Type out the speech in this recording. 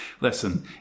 Listen